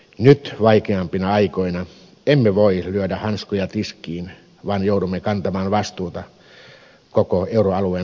nyt vaikeampina aikoina emme voi lyödä hanskoja tiskiin vaan joudumme kantamaan vastuuta koko euroalueen tasapainosta